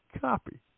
copy